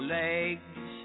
legs